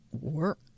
work